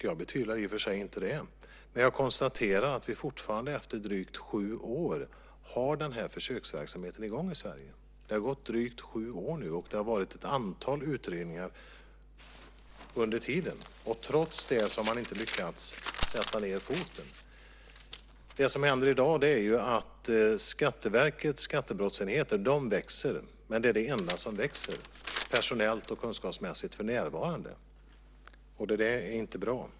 Jag betvivlar i och för sig inte det, men jag konstaterar att vi fortfarande efter drygt sju år har denna försöksverksamhet i gång i Sverige. Det har gått drygt sju år och gjorts ett antal utredningar under tiden, men trots det har man inte lyckats sätta ned foten. Det som händer i dag är att Skatteverkets skattebrottsenheter växer. Det är dock det enda som växer, personellt och kunskapsmässigt, för närvarande. Detta är inte bra.